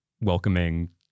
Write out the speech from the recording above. welcoming